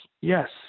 yes